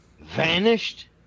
vanished